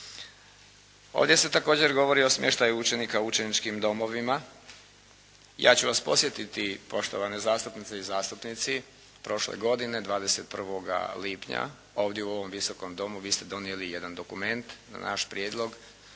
Ovdje se također govori o smještaju učenika u učeničkim domovima. Ja ću vas podsjetiti, poštovane zastupnice i zastupnici prošle godine 21. lipnja ovdje u ovom Visokom dobu vi ste donijeli jedan dokument na naš prijedlog,